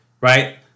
right